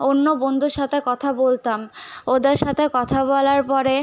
অন্য বন্ধুর সাথে কথা বলতাম ওদের সাথে কথা বলার পরে